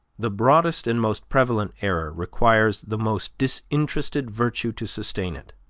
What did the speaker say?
the broadest and most prevalent error requires the most disinterested virtue to sustain it.